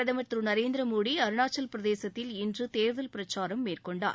பிரதமர் திரு நரேந்திர மோடி அருணாச்சலப்பிரதேசத்தில் இன்று தேர்தல் பிரச்சாரம் மேற்கொண்டார்